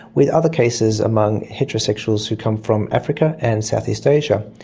with other cases among heterosexuals who come from africa and southeast asia.